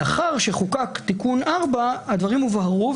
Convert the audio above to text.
לאחר שחוקק תיקון 4 הדברים הובהרו,